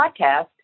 podcast